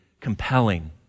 compelling